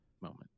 moment